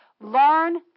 Learn